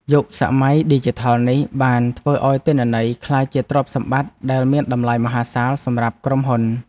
យុគសម័យឌីជីថលនេះបានធ្វើឱ្យទិន្នន័យក្លាយជាទ្រព្យសម្បត្តិដែលមានតម្លៃមហាសាលសម្រាប់ក្រុមហ៊ុន។